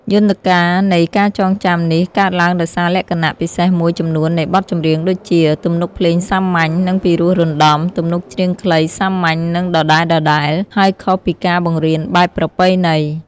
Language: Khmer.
យន្តការនៃការចងចាំនេះកើតឡើងដោយសារលក្ខណៈពិសេសមួយចំនួននៃបទចម្រៀងដូចជា ទំនុកភ្លេងសាមញ្ញ និងពិរោះរណ្ដំ ទំនុកច្រៀងខ្លី សាមញ្ញ និងដដែលៗ ហើយខុសពីការបង្រៀនបែបប្រពៃណី។